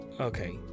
Okay